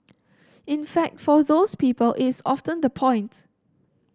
in fact for those people it's often the point